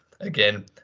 again